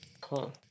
Cool